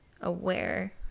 aware